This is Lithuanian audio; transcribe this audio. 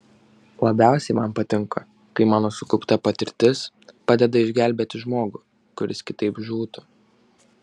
labiausiai man patinka kai mano sukaupta patirtis padeda išgelbėti žmogų kuris kitaip žūtų